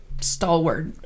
stalwart